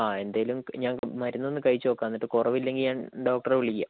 ആ എന്തെങ്കിലും ഞാൻ മരുന്ന് ഒന്ന് കഴിച്ചുനോക്കാം എന്നിട്ട് കുറവില്ലെങ്കിൽ ഞാൻ ഡോക്ടറെ വിളിക്കാം